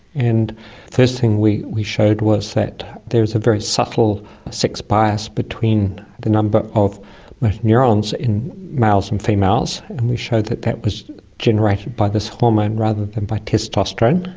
and the first thing we we showed was that there was a very subtle sex bias between the number of motor neurons in males and females and we showed that that was generated by this hormone rather than by testosterone.